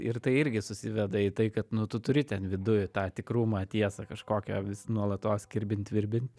ir tai irgi susiveda į tai kad nu tu turi ten viduj tą tikrumą tiesą kažkokią vis nuolatos kirbint virbint